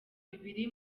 bibiri